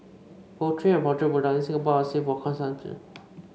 poultry and poultry products in Singapore are safe for consumption